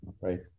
right